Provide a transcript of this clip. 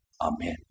Amen